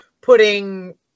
putting